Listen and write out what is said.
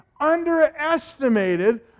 underestimated